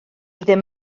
ddim